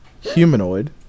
humanoid